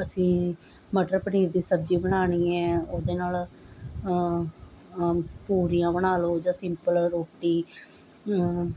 ਅਸੀਂ ਮਟਰ ਪਨੀਰ ਦੀ ਸਬਜ਼ੀ ਬਣਾਉਣੀ ਹੈ ਉਹਦੇ ਨਾਲ ਪੂਰੀਆਂ ਬਣਾ ਲਓ ਜਾਂ ਸਿੰਪਲ ਰੋਟੀ